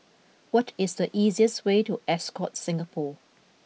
what is the easiest way to Ascott Singapore